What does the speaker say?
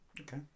Okay